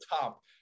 top